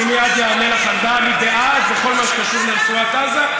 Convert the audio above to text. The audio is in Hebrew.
אני מייד אענה לך במה אני בעד בכל מה שקשור לרצועת עזה,